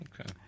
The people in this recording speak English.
Okay